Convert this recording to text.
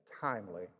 timely